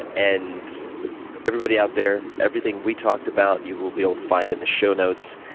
and everybody out there, everything we talked about, you will be able to find in the show notes.